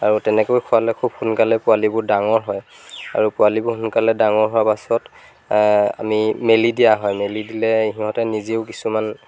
আৰু তেনেকৈ খুৱালে খুব সোনকালে পোৱালীবোৰ ডাঙৰ হয় আৰু পোৱালীবোৰ সোনকালে ডাঙৰ হোৱাৰ পাছত আমি মেলি দিয়া হয় মেলি দিলে সিহঁতে নিজেও কিছুমান